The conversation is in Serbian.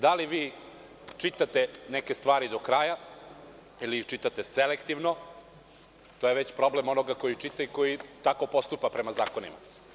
Da li vi čitate neke stvari do kraja, ili ih čitate selektivno, to je već problem onoga koji čita i koji tako postupa prema zakonima.